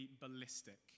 ballistic